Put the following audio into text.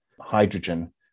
hydrogen